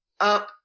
up